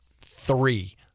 three